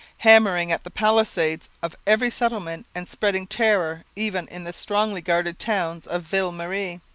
hammering at the palisades of every settlement and spreading terror even in the strongly guarded towns of ville marie,